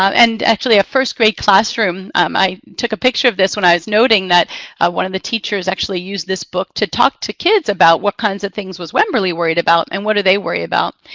um and actually a first grade classroom um i took a picture of this when i was noting that one of the teachers actually used this book to talk to kids about what kinds of things was wemberly worried about and what are they worried about.